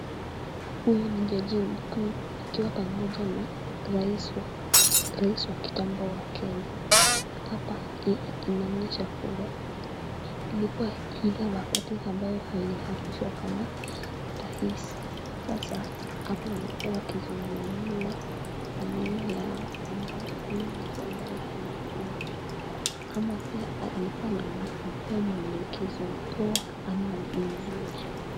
Huyu ni jaji mkuu akiwa pamoja na rais wa kitambo wa Kenya. Hapa inaonyesha kuwa ilikuwa ile wakati ambayo aliapishwa kama rais, sasa hapa walikuwa wakizungumza maneno yao ambayo hakuna mtu ambaye anajua, ama pia alikuwa anampa kwelekezo poa ama mzuri.